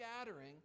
scattering